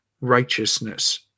righteousness